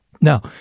Now